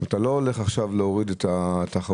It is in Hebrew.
אתה לא הולך עכשיו להוריד את התחרות.